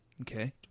Okay